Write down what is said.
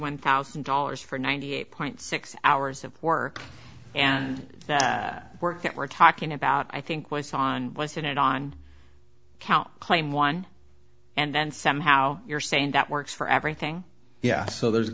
one thousand dollars for ninety eight point six hours of work and the work that we're talking about i think was on was it on count claim one and then somehow you're saying that works for everything yeah so there's a